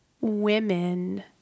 women